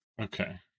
Okay